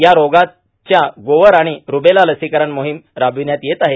या रोगाच्या गोवर आणि रूबेला लसीकरण मोहिम राबविण्यात येत आहे